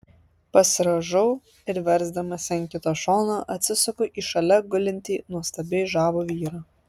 pasirąžau ir versdamasi ant kito šono atsisuku į šalia gulintį nuostabiai žavų vyrą